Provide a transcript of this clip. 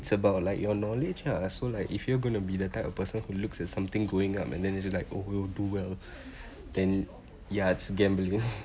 it's about like your knowledge ah so like if you are going to be the type of person who looks at something going up and then you like oh it'll do well then ya it's gambling